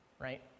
right